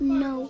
no